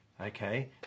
Okay